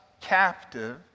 captive